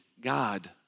God